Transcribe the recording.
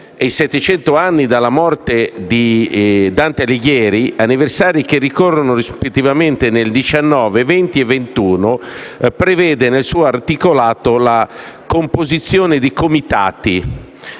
anni dalla morte di Dante Alighieri, anniversari che ricorrono, rispettivamente, negli anni 2019, 2020 e 2021, prevede nel suo articolato la composizione di comitati,